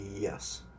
Yes